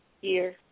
year